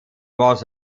was